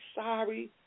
sorry